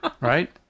right